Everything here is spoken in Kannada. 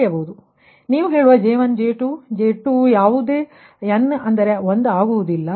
ಆದ್ದರಿಂದ ನೀವು ಹೇಳುವ J1 J2 J2 ಯಾವುದೂ n ಅಂದರೆ 1 ಆಗುವುದಿಲ್ಲ